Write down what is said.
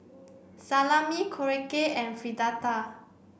Salami Korokke and Fritada